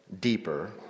deeper